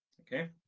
Okay